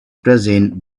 present